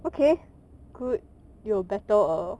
okay good you better hor